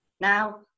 now